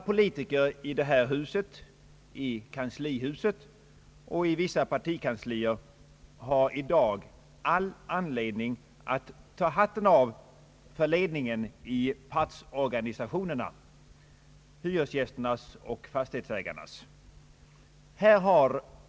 Politikerna här i huset, i kanslihuset och i vissa partikanslier har i dag all anledning att ta hatten av för ledningen i hyresgästernas och fastighetsägarnas partsorganisationer.